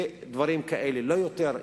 ודברים כאלה, לא יותר.